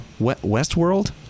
Westworld